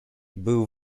był